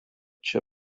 čia